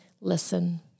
listen